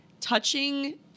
touching